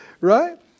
right